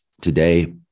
Today